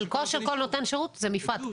חלקו של כל נותן שירות, זה מפרט.